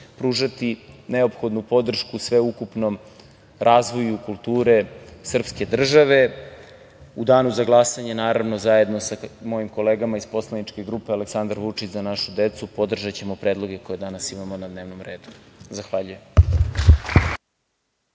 pružati neophodnu podršku sveukupnom razvoju kulture srpske države.U danu za glasanje, naravno zajedno sa mojim kolegama iz poslaničke grupe „Aleksandar Vučić – Za našu decu“, podržaćemo predloge koje danas imamo na dnevnom redu. Zahvaljujem.